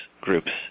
groups